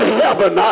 heaven